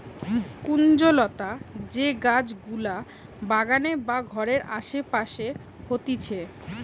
কুঞ্জলতা যে গাছ গুলা বাগানে বা ঘরের আসে পাশে হতিছে